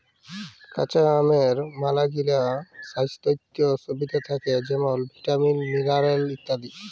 কাঁচা আমের ম্যালাগিলা স্বাইস্থ্য সুবিধা থ্যাকে যেমল ভিটামিল, মিলারেল ইত্যাদি